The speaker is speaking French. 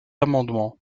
amendement